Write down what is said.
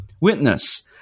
Witness